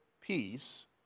peace